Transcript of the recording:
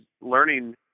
learning